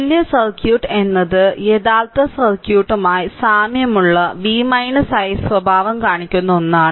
തുല്യ സർക്യൂട്ട് എന്നത് യഥാർത്ഥ സർക്യൂട്ടുമായി സാമ്യമുള്ള v i സ്വഭാവം കാണിക്കുന്ന ഒന്നാണ്